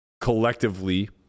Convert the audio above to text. collectively